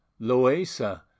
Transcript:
Loesa